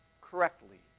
correctly